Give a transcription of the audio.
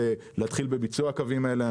להתחיל בביצוע הקווים האלה כמה שיותר מהר.